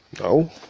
No